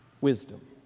wisdom